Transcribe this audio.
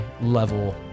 level